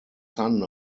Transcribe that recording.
son